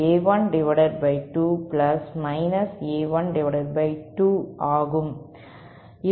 எனவே நிகர B 2 என்பது A12 A12 ஆக இருக்க வேண்டும்